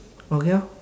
okay lor